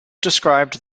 described